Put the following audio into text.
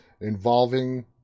involving